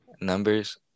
numbers